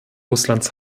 russlands